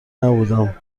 نبودم